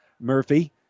Murphy